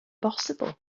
bosibl